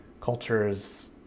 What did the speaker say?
cultures